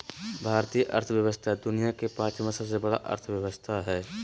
भारतीय अर्थव्यवस्था दुनिया के पाँचवा सबसे बड़ा अर्थव्यवस्था हय